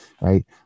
Right